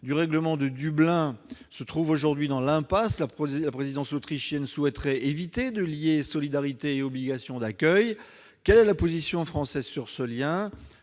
du règlement de Dublin se trouve aujourd'hui dans l'impasse. La présidence autrichienne souhaiterait éviter de lier solidarité et obligation d'accueil. Quelle est la position française sur ce lien ?